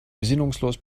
besinnungslos